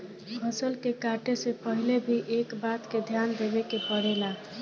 फसल के काटे से पहिले भी एह बात के ध्यान देवे के पड़ेला